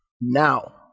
now